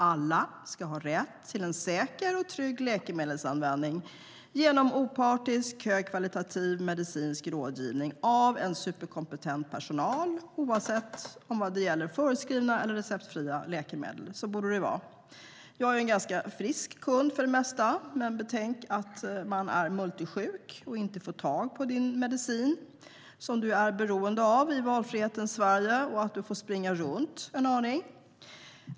Alla ska ha rätt till en säker och trygg läkemedelsanvändning och opartisk högkvalitativ medicinsk rådgivning av superkompetent personal, oavsett om det gäller förskrivna eller receptfria läkemedel. Så borde det vara. Jag är en ganska frisk kund för det mesta. Men tänk om man är multisjuk och inte får tag på den medicin som man är beroende av i valfrihetens Sverige och får springa runt en aning!